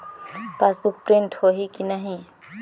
Passbook print होही कि नहीं?